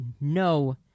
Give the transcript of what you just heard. no